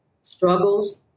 struggles